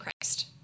Christ